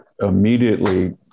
immediately